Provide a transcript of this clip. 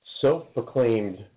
self-proclaimed